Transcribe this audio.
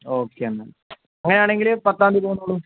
okay എന്നാൽ അങ്ങനെയാണെങ്കിൽ പത്താം തീയതി പൊന്നോളൂ